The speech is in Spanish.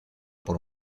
por